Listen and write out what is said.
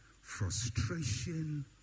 frustration